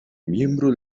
miembro